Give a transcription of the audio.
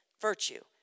virtue